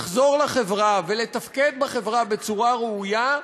לחזור לחברה ולתפקד בחברה בצורה ראויה,